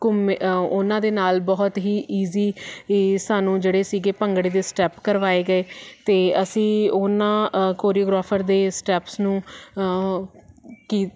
ਘੁੰਮੇ ਉਹਨਾਂ ਦੇ ਨਾਲ ਬਹੁਤ ਹੀ ਇਜ਼ੀ ਸਾਨੂੰ ਜਿਹੜੇ ਸੀਗੇ ਭੰਗੜੇ ਦੇ ਸਟੈਪ ਕਰਵਾਏ ਗਏ ਅਤੇ ਅਸੀਂ ਉਹਨਾਂ ਕੋਰੀਗ੍ਰਾਫਰ ਦੇ ਸਟੈਪਸ ਨੂੰ ਕੀ